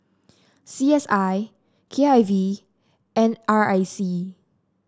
C S I K I V N R I C